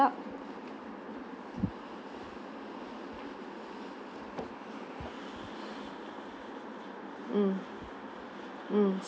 tub mm mm